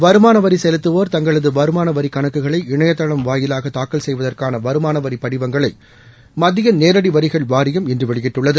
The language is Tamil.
வருமான வரி செலுத்துவோர் தங்களது வருமான வரி கணக்குகளை இணையதள வாயிலாக தாக்கல் செய்வதற்கான வருமான வரி படிவங்களை மத்திய நேரடி வரிகள் வாரியம் இன்று வெளியிட்டுள்ளது